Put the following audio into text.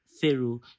pharaoh